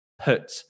put